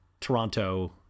Toronto